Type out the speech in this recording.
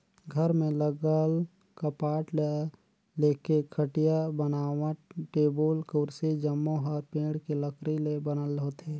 घर में लगल कपाट ले लेके खटिया, बाजवट, टेबुल, कुरसी जम्मो हर पेड़ के लकरी ले बनल होथे